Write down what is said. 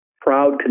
proud